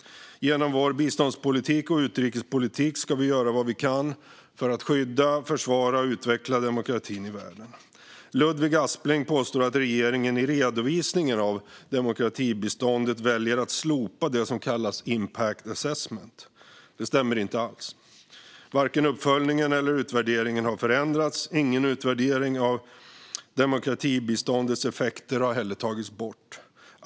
Genom vår biståndspolitik och utrikespolitik ska vi göra vad vi kan för att skydda, försvara och utveckla demokratin i världen. Ludvig Aspling påstår att regeringen i redovisningen av demokratibiståndet väljer att slopa det som kallas impact assessment. Det stämmer inte alls. Varken uppföljningen eller utvärderingen har förändrats. Inte heller har någon utvärdering av demokratibiståndets effekter tagits bort.